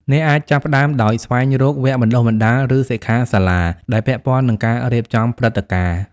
អ្នកអាចចាប់ផ្តើមដោយ ស្វែងរកវគ្គបណ្ដុះបណ្ដាល ឬសិក្ខាសាលាដែលពាក់ព័ន្ធនឹងការរៀបចំព្រឹត្តិការណ៍។